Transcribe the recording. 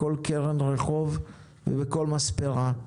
בכל קרן רחוב ובכל מספרה.